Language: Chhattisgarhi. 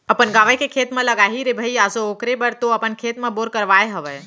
अपन गाँवे के खेत म लगाही रे भई आसो ओखरे बर तो अपन खेत म बोर करवाय हवय